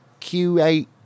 Q8